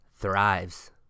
thrives